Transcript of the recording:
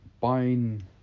buying